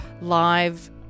live